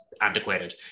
antiquated